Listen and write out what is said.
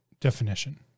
definition